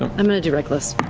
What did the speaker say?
um i'm going to do reckless.